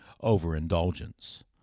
overindulgence